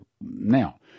Now